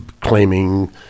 claiming